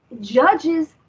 judges